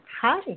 Hi